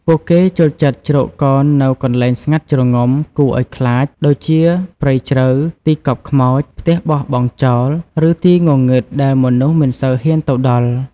ពួកគេចូលចិត្តជ្រកកោននៅកន្លែងស្ងាត់ជ្រងំ គួរឱ្យខ្លាច ដូចជាព្រៃជ្រៅ ទីកប់ខ្មោច ផ្ទះបោះបង់ចោល ឬទីងងឹតដែលមនុស្សមិនសូវហ៊ានទៅដល់ ។